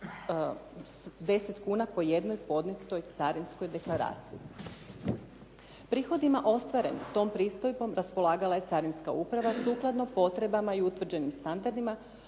10 kn po jednoj podnijetoj Carinskoj deklaraciji. Prihodima ostvarenim tom pristojbom raspolagala je carinska uprava sukladno potrebama i utvrđenim standardima